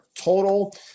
total